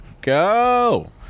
go